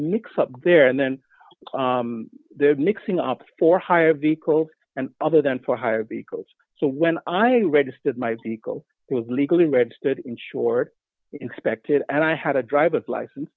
mix up there and then they're mixing up for higher vehicles and other than for higher because so when i registered my vehicle was legally registered insured inspected and i had a driver's license